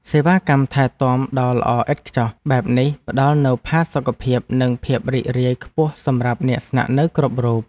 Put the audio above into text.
សេវាកម្មថែទាំដ៏ល្អឥតខ្ចោះបែបនេះផ្តល់នូវផាសុកភាពនិងភាពរីករាយខ្ពស់សម្រាប់អ្នកស្នាក់នៅគ្រប់រូប។